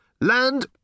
Land